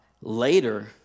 Later